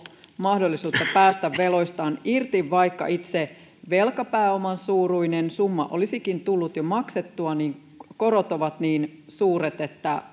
mahdollisuutta päästä veloistaan irti vaikka itse velkapääoman suuruinen summa olisikin tullut jo maksettua niin korot ovat niin suuret että